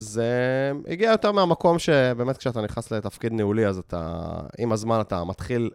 זה הגיע יותר מהמקום שבאמת כשאתה נכנס לתפקיד ניהולי, אז אתה עם הזמן אתה מתחיל...